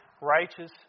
righteous